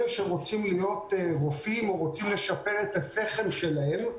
אלה שרוצים להיות רופאים או רוצים לשפר את הסכם שלהם,